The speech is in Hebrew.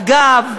אגב,